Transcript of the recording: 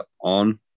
on